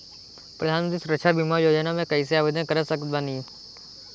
प्रधानमंत्री सुरक्षा बीमा योजना मे कैसे आवेदन कर सकत बानी?